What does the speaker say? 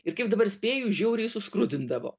ir kaip dabar spėju žiauriai su skrudindavo